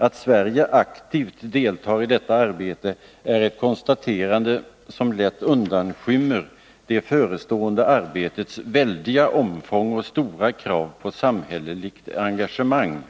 Att Sverige aktivt deltar i detta arbete är ett konstaterande som lätt undanskymmer det förestående arbetets väldiga omfång och stora krav på samhälleligt engagemang.